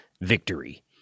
victory